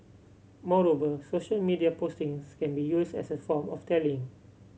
moreover social media postings can be used as a form of tallying